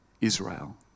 Israel